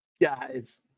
guys